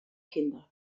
kinder